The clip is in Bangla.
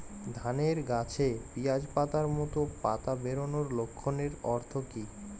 ধানের গাছে পিয়াজ পাতার মতো পাতা বেরোনোর লক্ষণের অর্থ কী?